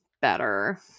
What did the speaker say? better